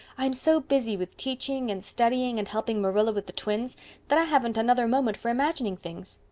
i'm so busy with teaching and studying and helping marilla with the twins that i haven't another moment for imagining things.